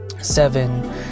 Seven